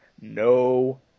no